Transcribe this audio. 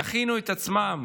יכינו את עצמם